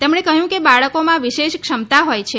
તેમણે કહ્યું કે બાળકોમાં વિશેષ ક્ષમતાં હોય છે